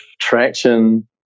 traction